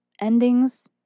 endings